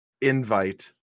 invite